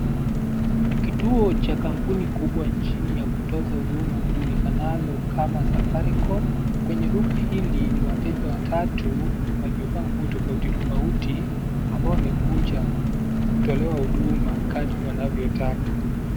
Ni kituo cha kampuni kubwa nchini ya kutoza huduma ijulikanalo kama safaricom. Kwenye duka hili ni wateja watatu waliovaa nguo tofauti tofauti ambao wamekuja kutolewa huduma wakati wanavyo taka.